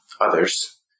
others